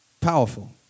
Powerful